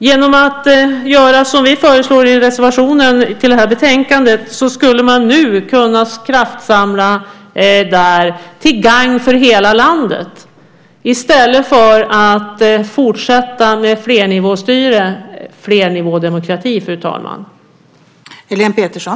Genom att göra som vi föreslår i reservationen till det här betänkandet skulle man nu kunna kraftsamla där till gagn för hela landet i stället för att fortsätta med flernivåstyre och flernivådemokrati, fru talman.